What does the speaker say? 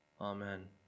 Amen